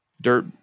dirt